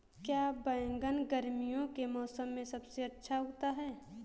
क्या बैगन गर्मियों के मौसम में सबसे अच्छा उगता है?